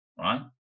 right